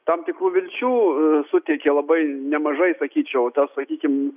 tam tikrų vilčių suteikė labai nemažai sakyčiau tas sakykim